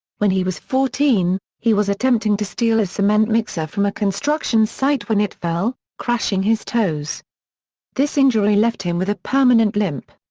when he was fourteen, he was attempting to steal a cement mixer from a construction site when it fell, crushing his toes this injury left him with a permanent limp.